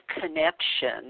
connection